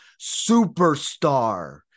superstar